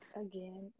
again